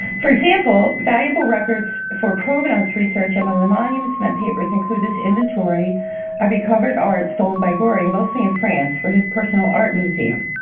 for example, valuable records for provenance research among the monuments men papers include this inventory or recovered art stolen by goring, mostly in france, for the personal art museum.